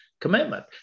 commitment